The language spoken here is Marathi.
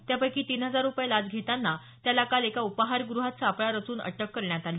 त्यापैकी तीन हजार रुपये घेताना त्याला काल एका उपाहारग्रहात सापळा रचून अटक करण्यात आली